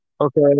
okay